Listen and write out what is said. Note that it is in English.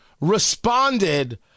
responded